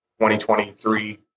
2023